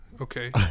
Okay